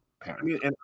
parents